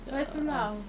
sebab tu lah